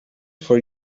for